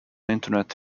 internet